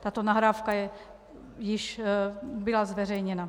Tato nahrávka již byla zveřejněna.